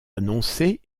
annoncé